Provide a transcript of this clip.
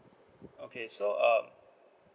okay so uh